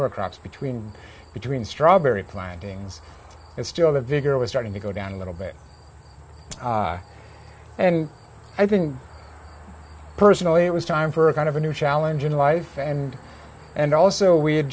or a cross between between strawberry plantings and still the vigor was starting to go down a little bit and i think personally it was time for a kind of a new challenge in life and and also we had